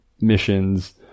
missions